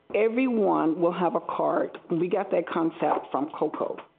everyone will have card. we got that contact from cocoa.